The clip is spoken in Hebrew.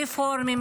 רפורמים,